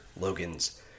Logans